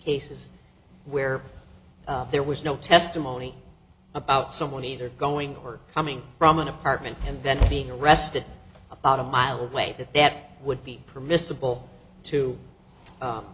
cases where there was no testimony about someone either going or coming from an apartment and then being arrested about a mile away that that would be permissible to